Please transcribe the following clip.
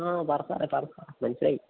ആ പറ സാറെ പറ സാറെ മനസ്സിലായി